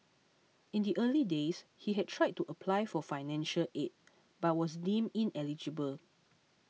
in the early days he had tried to apply for financial aid but was deemed ineligible